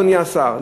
אדוני השר,